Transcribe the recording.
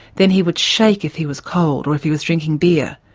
then he would shake if he was cold, or if he was drinking beer.